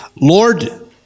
Lord